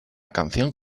canción